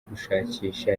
gushakisha